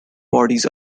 bodies